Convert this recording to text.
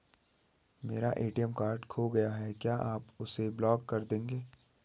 मेरा ATM card खो गया है क्या आप उसे ब्लॉक कर देंगे?